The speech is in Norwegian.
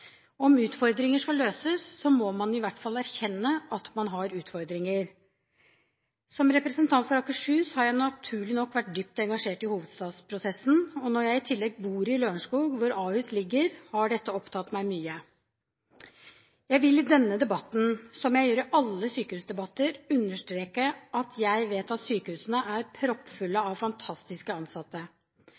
Om utfordringer skal løses, må man i hvert fall erkjenne at man har utfordringer. Som representant for Akershus har jeg naturlig nok vært dypt engasjert i hovedstadsprosessen, og når jeg i tillegg bor i Lørenskog, hvor Ahus ligger, har dette opptatt meg mye. Jeg vil i denne debatten, som jeg gjør i alle sykehusdebatter, understreke at jeg vet at sykehusene er proppfulle av fantastiske ansatte.